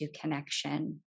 connection